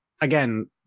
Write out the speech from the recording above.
again